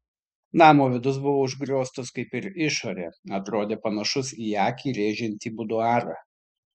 namo vidus buvo užgrioztas kaip ir išorė atrodė panašus į akį rėžiantį buduarą